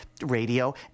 radio